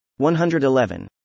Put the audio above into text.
111